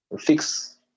fix